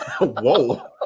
Whoa